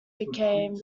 became